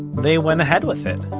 they went ahead with it